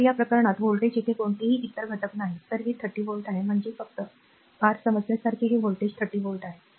तर या प्रकरणात व्होल्टेज येथे कोणतेही इतर घटक नाहीतर हे 30 व्होल्ट आहे म्हणजे फक्त r समजण्यासाठी हे व्होल्टेज 30 व्होल्ट आहे